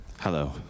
Hello